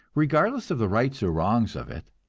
regardless of the rights or wrongs of it.